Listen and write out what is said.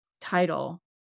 title